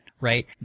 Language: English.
right